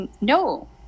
No